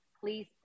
please